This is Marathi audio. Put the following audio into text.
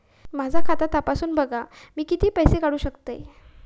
माझा खाता तपासून बघा मी किती पैशे काढू शकतय?